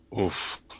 Oof